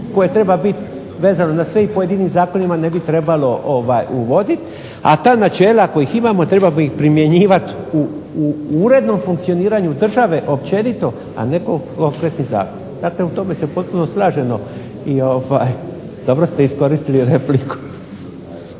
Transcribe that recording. koje treba biti vezano na sve i pojedinim zakonima ne bi trebalo uvoditi, a ta načela ako ih imamo trebali bi ih primjenjivat u urednom funkcioniranju države općenito a ne kompletni zakon. Dakle, u tome se potpuno slažem i dobro ste iskoristili repliku.